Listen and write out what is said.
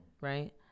right